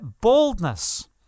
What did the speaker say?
boldness